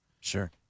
Sure